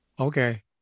Okay